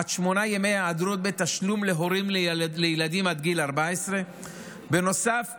עד שמונה ימי היעדרות בתשלום להורים לילדים עד גיל 14. בנוסף,